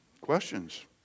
Questions